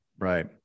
Right